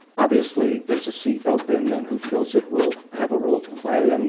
obviously, there's a seat open. and who fills it will have a role to play. and